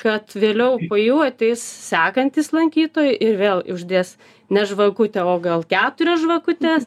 kad vėliau po jų ateis sekantys lankytojai ir vėl uždės ne žvakutę o gal keturias žvakutes